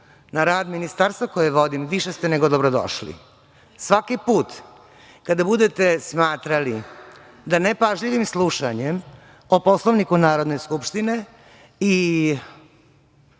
na rad ministarstva koje vodim, više ste nego dobrodošli. Svaki put kada budete smatrali da nepažljivim slušanjem o Poslovniku Narodne skupštine i